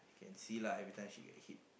and see lah every time she get hit